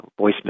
voicemail